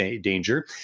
danger